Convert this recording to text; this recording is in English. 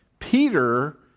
Peter